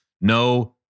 no